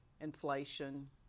inflation